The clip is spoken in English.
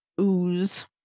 ooze